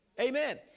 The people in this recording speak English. Amen